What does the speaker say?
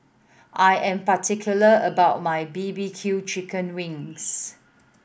I am particular about my B B Q chicken wings